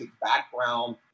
background